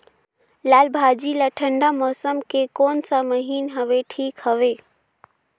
लालभाजी ला ठंडा मौसम के कोन सा महीन हवे ठीक हवे?